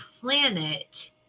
planet